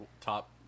top